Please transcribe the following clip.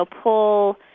pull